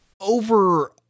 Over